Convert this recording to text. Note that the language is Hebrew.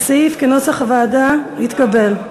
הסעיף, כנוסח הוועדה, נתקבל.